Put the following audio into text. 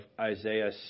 Isaiah